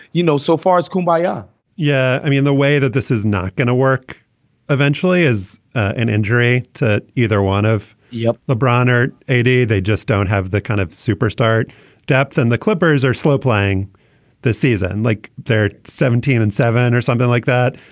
you know, so far as kumbayah ah yeah. i mean, the way that this is not going to work eventually as an injury to either one of yeah up lebron or a day, they just don't have the kind of superstar at depth. and the clippers are slow playing this season and like they're seventeen and seven or something like that,